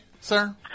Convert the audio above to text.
sir